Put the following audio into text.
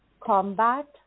combat